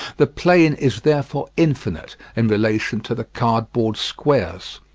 the plane is therefore infinite in relation to the cardboard squares.